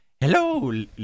Hello